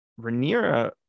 Rhaenyra